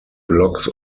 blocks